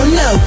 no